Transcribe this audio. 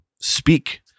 speak